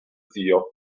zio